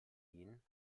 ihn